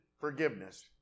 forgiveness